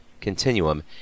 Continuum